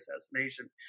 assassination